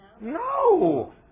No